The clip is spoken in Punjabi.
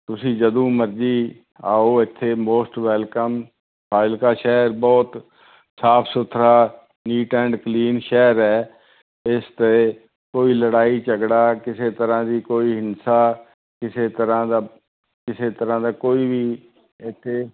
ਤੁਸੀਂ ਜਦੋਂ ਮਰਜ਼ੀ ਆਓ ਇੱਥੇ ਮੋਸਟ ਵੈਲਕਮ ਫਾਜਿਲਕਾ ਸ਼ਹਿਰ ਬਹੁਤ ਸਾਫ ਸੁਥਰਾ ਨੀਟ ਐਂਡ ਕਲੀਨ ਸ਼ਹਿਰ ਹੈ ਇਸ 'ਤੇ ਕੋਈ ਲੜਾਈ ਝਗੜਾ ਕਿਸੇ ਤਰ੍ਹਾਂ ਦੀ ਕੋਈ ਹਿੰਸਾ ਕਿਸੇ ਤਰ੍ਹਾਂ ਦਾ ਕਿਸੇ ਤਰ੍ਹਾਂ ਦਾ ਕੋਈ ਵੀ ਇੱਥੇ